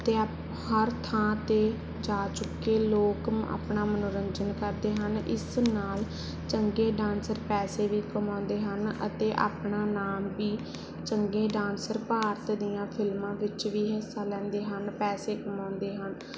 ਅਤੇ ਆਪ ਹਰ ਥਾਂ 'ਤੇ ਜਾ ਚੁੱਕੇ ਲੋਕ ਆਪਣਾ ਮਨੋਰੰਜਨ ਕਰਦੇ ਹਨ ਇਸ ਨਾਲ ਚੰਗੇ ਡਾਂਸਰ ਪੈਸੇ ਵੀ ਕਮਾਉਂਦੇ ਹਨ ਅਤੇ ਆਪਣਾ ਨਾਮ ਵੀ ਚੰਗੇ ਡਾਂਸਰ ਭਾਰਤ ਦੀਆਂ ਫਿਲਮਾਂ ਵਿੱਚ ਵੀ ਹਿੱਸਾ ਲੈਂਦੇ ਹਨ ਪੈਸੇ ਕਮਾਉਂਦੇ ਹਨ